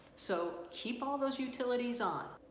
so keep all those utilities on.